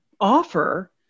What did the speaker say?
offer